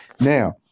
Now